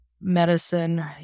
medicine